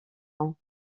ans